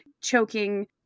choking